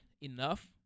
enough